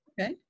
Okay